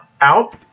out